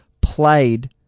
played